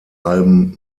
alben